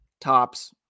Tops